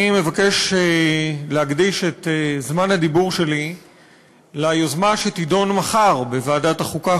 אני מבקש להקדיש את זמן הדיבור שלי ליוזמה שתידון מחר בוועדת החוקה,